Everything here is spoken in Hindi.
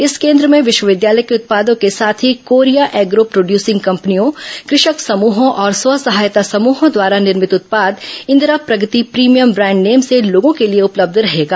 इस केन्द्र में विश्वविद्यालय के उत्पादों के साथ ही कोरिया एग्रो प्रोड्यूसिंग कंपनियों कृषक समूहों और स्व सहायता समूहों द्वारा निर्भित उत्पाद Indira Pragati premium brand name से लोगों के लिए उपलब्य रहेगा